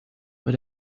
but